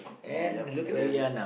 yeap and then